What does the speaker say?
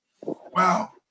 Wow